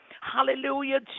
Hallelujah